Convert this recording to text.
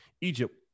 Egypt